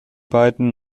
beiden